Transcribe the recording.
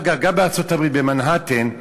אגב, גם בארצות-הברית, במנהטן,